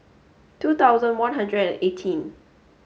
two thousand one hundred and eighteen